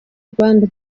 rwanda